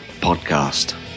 podcast